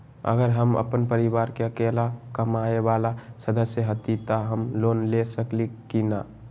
अगर हम अपन परिवार में अकेला कमाये वाला सदस्य हती त हम लोन ले सकेली की न?